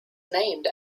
named